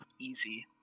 Easy